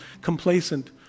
complacent